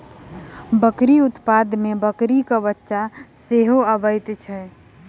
बकरी उत्पाद मे बकरीक बच्चा सेहो अबैत छै